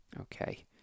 Okay